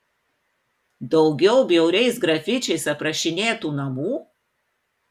daugiau bjauriais grafičiais aprašinėtų namų